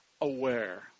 aware